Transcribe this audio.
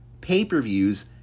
pay-per-views